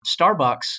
Starbucks